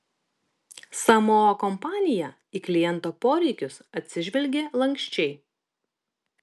samoa kompanija į kliento poreikius atsižvelgė lanksčiai